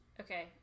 Okay